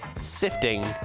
sifting